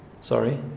Sorry